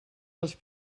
dels